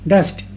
Dust